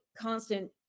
constant